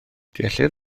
deallir